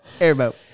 Airboat